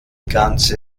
ganze